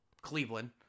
Cleveland